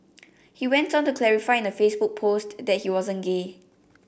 he went on to clarify in the Facebook post that he wasn't gay